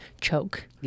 choke